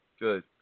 Good